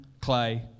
clay